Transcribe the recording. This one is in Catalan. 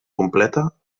completa